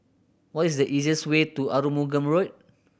what is the easiest way to Arumugam Road